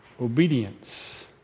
obedience